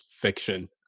fiction